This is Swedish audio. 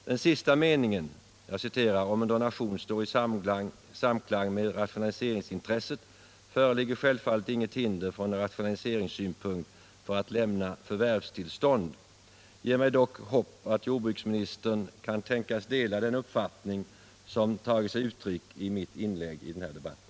Den sista meningen, ”Om en donation står i samklang med rationaliseringsintresset föreligger självfallet inget hinder från rationaliseringssynpunkt för att lämna förvärvstillstånd”, ger mig dock hopp om att jordbruksministern kan tänkas dela den uppfattning som tagit sig uttryck i mitt inlägg i den här debatten.